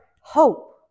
hope